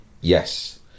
Yes